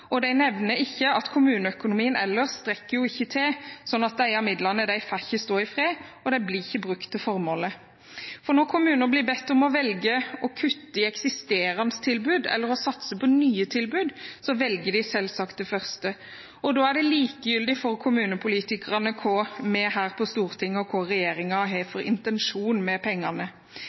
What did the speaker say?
øremerket. De nevner ikke at kommuneøkonomien ellers ikke strekker til, slik at disse midlene ikke får stå i fred og ikke blir brukt til formålet. Når kommunene blir bedt om å velge mellom å kutte i eksisterende tilbud eller satse på nye tilbud, velger de selvsagt det første. Da er det likegyldig for kommunepolitikerne hvilken intensjon regjeringen og vi på Stortinget har med pengene.